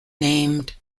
named